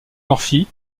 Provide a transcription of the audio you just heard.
murphy